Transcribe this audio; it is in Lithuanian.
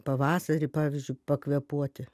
pavasarį pavyzdžiui pakvėpuoti